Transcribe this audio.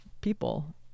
people